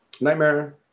Nightmare